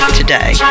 today